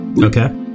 Okay